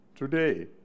Today